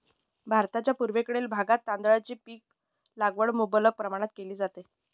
भारताच्या पूर्वेकडील भागात तांदळाची लागवड मुबलक प्रमाणात केली जाते